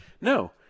No